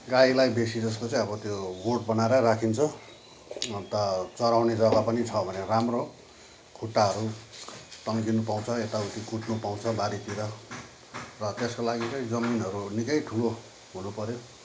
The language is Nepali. गाईलाई बेसीजस्तो चाहिँ अब त्यो गोठ बनाएर राखिन्छ अन्त चराउने जग्गा पनि छ भने राम्रो हो खुट्टाहरू तन्किनु पाउँछ यताउति कुद्नु पाउँछ बारीतिर र त्यसको लागि चाहिँ जमिनहरू निकै ठुलो हुनुपऱ्यो